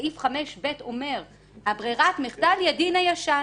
סעיף 5(ב) אומר שברירת המחדל היא הדין הישן.